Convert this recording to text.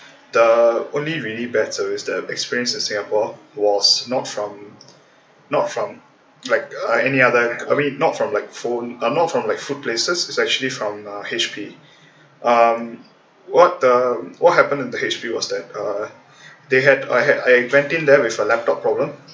the only really bad service that I experience in singapore was not from not from like any other I mean not from like phone uh not from like food places is actually from uh H_P um what um what happen in the H_P was that uh they had I had a went in there with a laptop problem